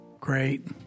great